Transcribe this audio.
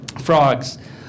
frogs